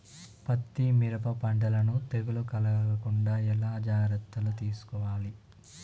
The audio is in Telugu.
పత్తి మిరప పంటలను తెగులు కలగకుండా ఎలా జాగ్రత్తలు తీసుకోవాలి?